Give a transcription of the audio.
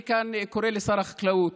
אני כאן קורא לשר החקלאות: